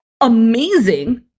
amazing